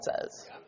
says